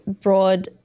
broad